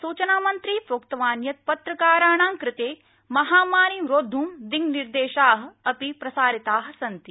सूचनामन्त्री प्रोक्तवान् यत् पत्रकाराणां कृते महामारीं रोद्ध् दिंनिर्देशा अपि प्रसारिता सन्ति